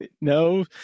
no